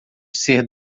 ser